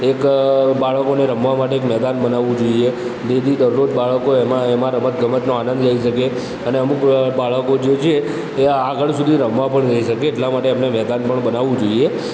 એક બાળકોને રમવા માટે એક મેદાન બનાવવું જોઇએ જેથી દરરોજ બાળકો એમાં એમાં રમત ગમતનો આનંદ લઇ શકે અને અમૂક અ બાળકો જે છે એ આગળ સુધી રમવા પણ જઇ શકે એટલાં માટે એમણે મેદાન પણ બનાવવું જોઇએ